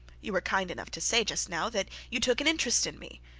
you were kind enough to say just now that you took an interest in me,